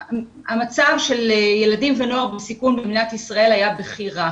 המצב של ילדים ונוער בסיכון במדינת ישראל היה בכי רע,